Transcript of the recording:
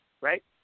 right